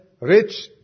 rich